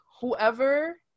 whoever